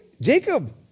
Jacob